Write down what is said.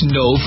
no